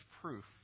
proof